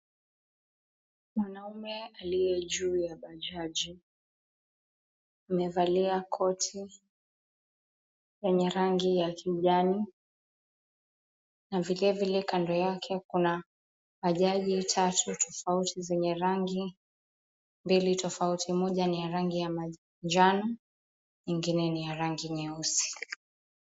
Mwanaume aliyejuu ya bajaji, amevalia koti yenye rangi ya kijani na vilevile kando yake kuna bajaji tatu tofauti zenye rangi mbele tofauti. Moja ni ya rangi ya manjano na ingine ni ya rangi nyeusi.